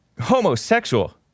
homosexual